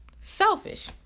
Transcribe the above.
selfish